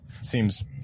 seems